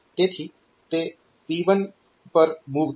તેથી તે P1 પર મૂવ થશે